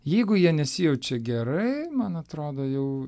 jeigu jie nesijaučia gerai man atrodo jau